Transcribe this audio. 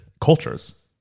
cultures